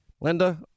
Linda